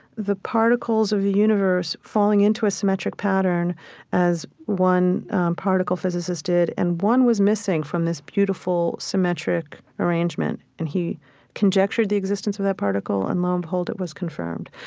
the particles of the universe falling into a symmetric pattern as one particle physicist did and one was missing from this beautiful symmetric arrangement and he conjectured the existence of that particle and lo and um behold it was confirmed.